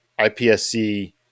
IPSC